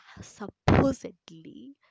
supposedly